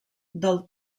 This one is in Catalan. del